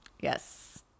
Yes